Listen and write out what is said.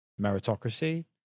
meritocracy